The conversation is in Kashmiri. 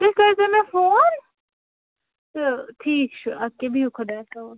تُہۍ کٔرزیو مےٚ فون تہٕ ٹھیٖک چھُ ادٕ کیٛاہ بِہِو خۄدایس حوالہٕ